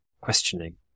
questioning